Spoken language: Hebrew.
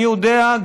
אני יודע,